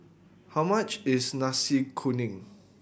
how much is Nasi Kuning